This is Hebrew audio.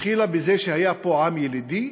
התחילה בזה שהיה פה עם ילידי,